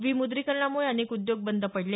विमुद्रीकरणामुळे अनेक उद्योग बंद पडले